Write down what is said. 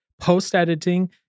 Post-editing